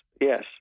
yes